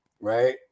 Right